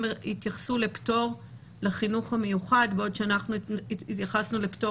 התייחסו לפטור לחינוך המיוחד בעוד שאנחנו התייחסנו לפטור